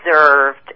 observed